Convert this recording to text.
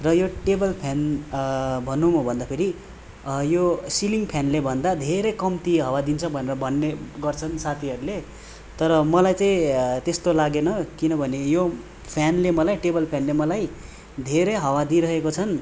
र यो table fan भन्नु हो भन्दाखेरि यो सिलिङ फ्यानले भन्दा धेरै कम्ती हावा दिन्छ भनेर भन्ने गर्छन् साथीहरूले तर मलाई चाहिँ त्यस्तो लागेन किनभने यो फ्यानले मलाई टेबल फ्यानले मलाई धेरै हावा दिइरहेको छन्